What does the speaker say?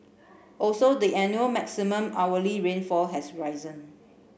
also the annual maximum hourly rainfall has risen